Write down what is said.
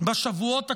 בשבועות הקרובים,